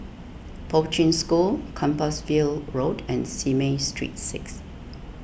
Poi Ching School Compassvale Road and Simei Street six